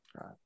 Right